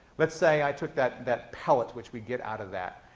let's say i took that that pellet which we get out of that,